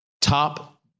top